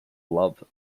love